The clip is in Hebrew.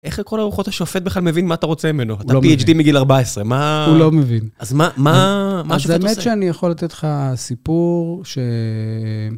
איך לכל הרוחות השופט בכלל מבין מה אתה רוצה ממנו? אתה PhD מגיל 14, מה... הוא לא מבין. אז מה... מה השופט עושה? אז האמת שאני יכול לתת לך סיפור ש...